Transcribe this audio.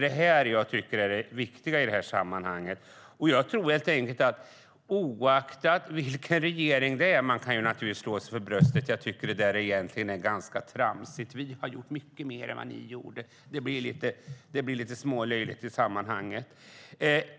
Det är det viktiga i sammanhanget. Man kan naturligtvis slå sig för bröstet och säga att man gjort mycket. Det är egentligen ganska tramsigt - oaktat vilken regering vi har - när man säger: Vi har gjort mycket mer än vad ni gjorde. Det blir lite smålöjligt.